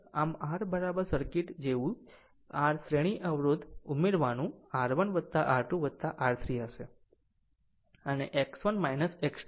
આમ R circuit r જેવું જ r શ્રેણી અવરોધ ઉમેરવાનું R1 R2 R3 હશે અને X1 X2હશે